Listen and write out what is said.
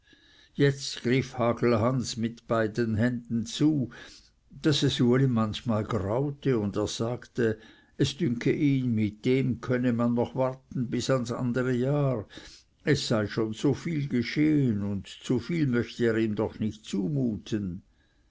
jetzt griff hagelhans mit beiden händen zu daß es uli manchmal graute und er sagte es dünke ihn mit dem könne man noch warten bis das andere jahr es sei schon so viel geschehen und zu viel möchte er ihm doch nicht zumuten